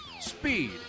Speed